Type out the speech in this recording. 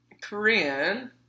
Korean